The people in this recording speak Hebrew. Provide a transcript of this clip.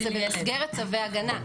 זה במסגרת צווי הגנה,